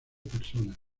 personas